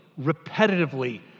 repetitively